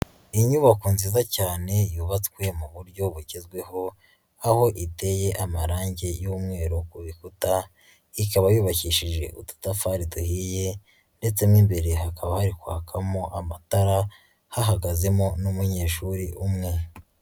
Inyubako nziza cyane yubatswe mu buryo bugezweho aho iteye amarangi y'umweru ku bikuta. Ikaba yubakishije ututafari duhiye ndetse mu imbere hakaba harikwakamo amatara, hahagazemo n'umunyeshuri umwe.